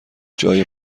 جای